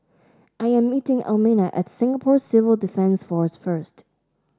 I am meeting Elmina at Singapore Civil Defence Force first